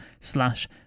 slash